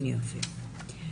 יופי.